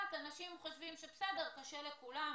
אנשים חושבים שקשה לכולם,